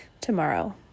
tomorrow